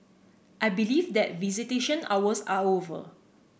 I believe that visitation hours are over